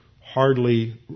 hardly